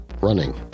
running